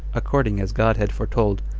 according as god had foretold,